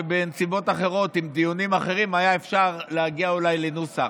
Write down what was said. שבנסיבות אחרות עם טיעונים אחרים היה אפשר להגיע אולי לנוסח.